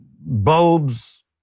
bulbs